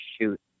shoot